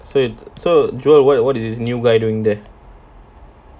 so yo~ so joel what i~ what is this new guy doing there